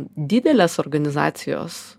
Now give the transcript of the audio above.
didelės organizacijos